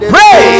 Pray